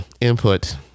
input